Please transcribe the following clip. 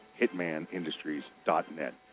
Hitmanindustries.net